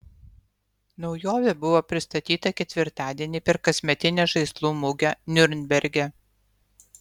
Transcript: naujovė buvo pristatyta ketvirtadienį per kasmetinę žaislų mugę niurnberge